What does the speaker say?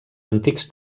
antics